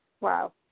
Wow